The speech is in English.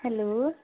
hello